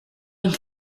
and